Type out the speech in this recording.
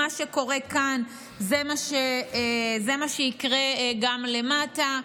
מה שקורה כאן זה מה שיקרה גם למטה.